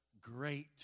great